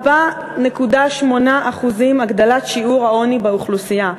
4.8% הגדלת שיעור העוני באוכלוסייה,